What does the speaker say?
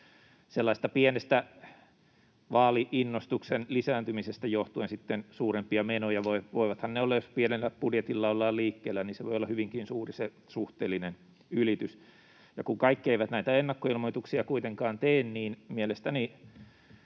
pienestä vaali-innostuksen lisääntymisestä johtuen sitten suurempia menoja. Voihan olla, jos pienellä budjetilla ollaan liikkeellä, hyvinkin suuri se suhteellinen ylitys. Ja kun kaikki eivät näitä ennakkoilmoituksia kuitenkaan tee, niin mielestäni